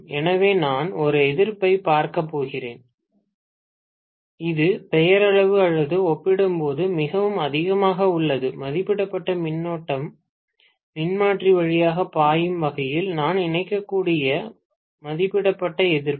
எனவே நான் ஒரு எதிர்ப்பைப் பார்க்கப் போகிறேன் இது பெயரளவு அல்லது ஒப்பிடும்போது மிகவும் அதிகமாக உள்ளது மதிப்பிடப்பட்ட மின்னோட்டம் மின்மாற்றி வழியாக பாயும் வகையில் நான் இணைக்கக்கூடிய மதிப்பிடப்பட்ட எதிர்ப்பு